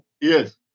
Yes